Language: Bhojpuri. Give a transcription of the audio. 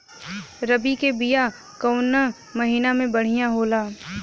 रबी के बिया कवना महीना मे बढ़ियां होला?